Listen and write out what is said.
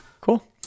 Cool